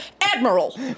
Admiral